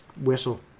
whistle